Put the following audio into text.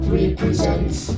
represents